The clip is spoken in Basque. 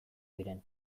diren